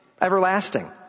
everlasting